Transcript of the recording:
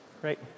Great